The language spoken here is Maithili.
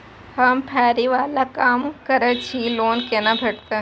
हम फैरी बाला काम करै छी लोन कैना भेटते?